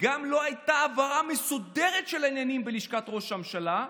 גם לא הייתה העברה מסודרת של העניינים בלשכת ראש הממשלה,